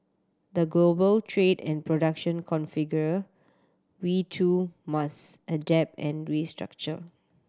the global trade and production configure we too must adapt and restructure